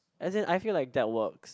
as in I feel like that works